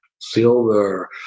silver